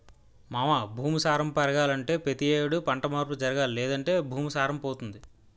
మావా భూమి సారం పెరగాలంటే పతి యేడు పంట మార్పు జరగాలి లేదంటే భూమి సారం పోతుంది